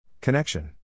Connection